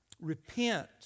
Repent